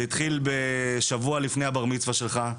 זה התחיל שבוע לפני הבר-מצווה שלך.